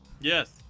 yes